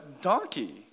donkey